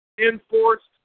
enforced